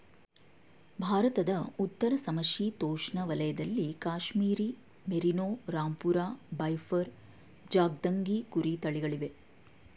ಭಾರತದ ಉತ್ತರ ಸಮಶೀತೋಷ್ಣ ವಲಯದಲ್ಲಿ ಕಾಶ್ಮೀರಿ ಮೇರಿನೋ, ರಾಂಪುರ ಬಫೈರ್, ಚಾಂಗ್ತಂಗಿ ಕುರಿ ತಳಿಗಳಿವೆ